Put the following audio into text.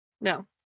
no